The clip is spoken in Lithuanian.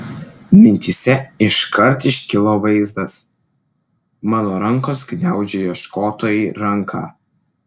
mintyse iškart iškilo vaizdas mano rankos gniaužia ieškotojai ranką